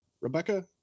rebecca